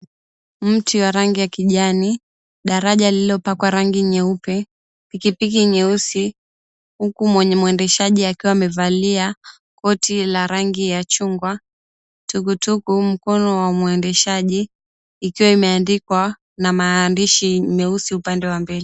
Mti wa rangi ya kijani, daraja lililopakwa rangi nyeupe, pikipiki nyeusi. Huku mwenye mwendeshaji akiwa amevalia koti la rangi ya chungwa, tukutuku, mkono wa muendeshaji ikiwa imeandikwa na maandishi meusi upande wa mbele.